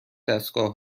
دستگاه